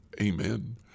Amen